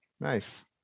nice